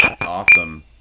Awesome